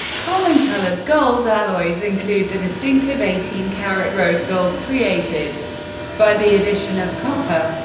common colored gold alloys include the distinctive eighteen-karat rose gold created by the addition of copper.